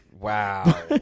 Wow